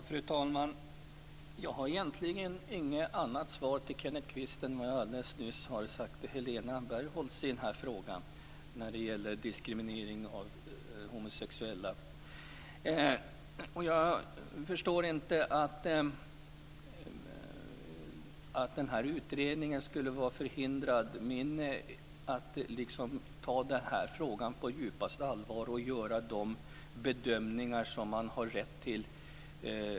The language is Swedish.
Fru talman! Jag har egentligen inget annat svar till Kenneth Kvist än det som jag alldeles nyss gav till Jag förstår inte att utredningen skulle kunna vara förhindrad att ta den här frågan på djupaste allvar och göra de bedömningar som man har rätt till.